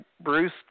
Bruce